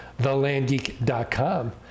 thelandgeek.com